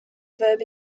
verb